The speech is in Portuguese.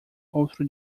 outro